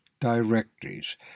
directories